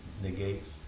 negates